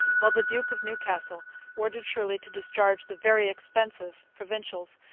while the duke of newcastle ordered shirley to discharge the very expensive provincials,